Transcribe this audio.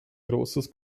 großes